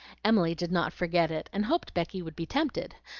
emily did not forget it, and hoped becky would be tempted,